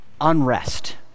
unrest